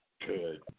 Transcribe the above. Good